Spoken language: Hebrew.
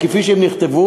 כפי שהן נכתבו,